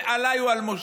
הוא על משה.